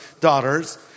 daughters